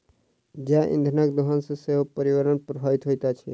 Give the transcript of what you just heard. जैव इंधनक दोहन सॅ सेहो पर्यावरण प्रभावित होइत अछि